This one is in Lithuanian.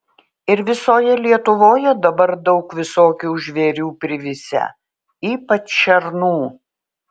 ir visoje lietuvoje dabar daug visokių žvėrių privisę ypač šernų